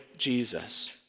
Jesus